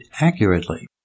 accurately